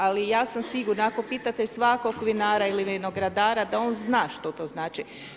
Ali ja sam sigurna ako pitate svakog vinara ili vinogradara da on zna što to znači.